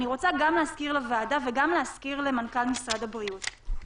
אני רוצה להזכיר לוועדה וגם למנכ"ל משרד הבריאות: